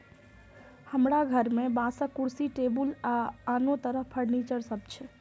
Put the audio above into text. हमरा घर मे बांसक कुर्सी, टेबुल आ आनो तरह फर्नीचर सब छै